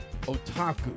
otaku